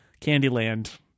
Candyland